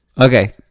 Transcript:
Okay